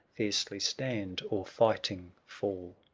fiercely stand, or fighting fall.